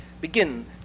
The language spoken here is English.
begin